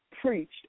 preached